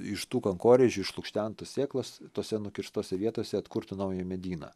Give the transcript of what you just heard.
iš tų kankorėžių išlukštentų sėklas tose nukirstose vietose atkurtų naują medyną